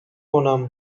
کنم